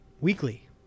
Weekly